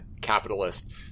capitalist